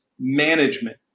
management